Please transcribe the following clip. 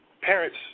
parents